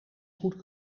goed